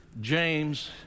James